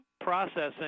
Processing